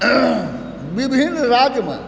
विभिन्न राज्यमे